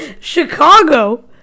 chicago